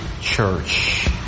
church